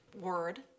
Word